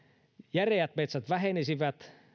järeät metsät vähenisivät